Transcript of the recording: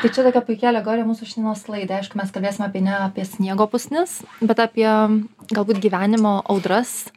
tai čia tokia puikia alegorija mūsų šiandienos laidai aišku mes kalbėsim apie ne apie sniego pusnis bet apie galbūt gyvenimo audras